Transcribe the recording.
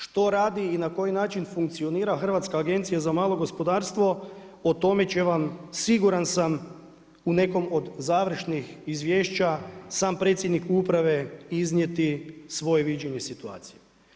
Što radi i na koji način funkcionira Hrvatska agencija za malo gospodarstvo, o tome će vam, siguran sam, u nekom od završnih izvješća, sam predsjednik uprave iznijeti svoje viđenje situacije.